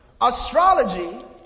Astrology